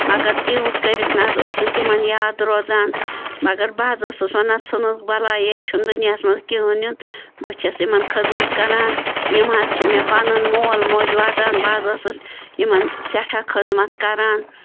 مگر تیوٗت کٔرِتھ نَہ حظ اوس نہٕ تِمَن یاد روزان مگر بہٕ حظ ٲسٕس وَنان ژھٕنُکھ بَلاے ییٚتہِ چھُنہٕ دُنیاہَس منٛز کِہیٖنۍ نیُن بہٕ چھَس یِمَن خٔزمَت کَران یِم حظ چھِ مےٚ پَنُن مول موج واتان بہٕ حظ ٲسٕس یِمَن سٮ۪ٹھاہ خٔذمَت کَران